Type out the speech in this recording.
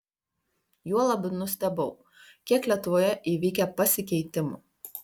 juolab nustebau kiek lietuvoje įvykę pasikeitimų